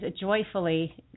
joyfully